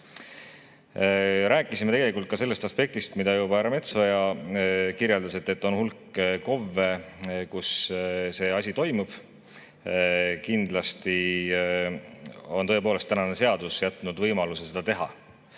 Rääkisime tegelikult ka sellest aspektist, mida juba härra Metsoja kirjeldas, et on hulk KOV-e, kus see asi juba toimub. Kindlasti on ka tänane seadus jätnud võimaluse seda teha.